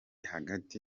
hagati